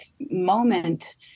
moment